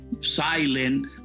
silent